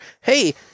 hey